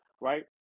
right